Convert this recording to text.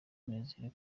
nizeye